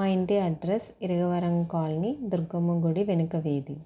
మా ఇంటి address Iragavaram colony Durgamma గుడి వెనుక వీధి